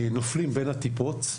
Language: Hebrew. נופלים בין הטיפות.